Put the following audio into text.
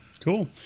Cool